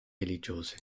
religiose